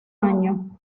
año